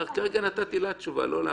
כרגע נתתי לה תשובה, לא לאחרים.